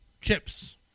chips